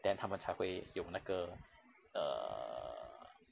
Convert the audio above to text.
then 他们才会有那个 err